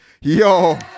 Yo